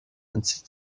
entzieht